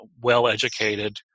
well-educated –